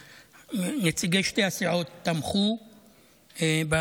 נציגי כל הסיעות, תמכו בהצעה.